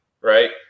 right